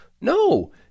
no